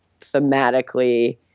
thematically